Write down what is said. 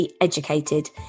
educated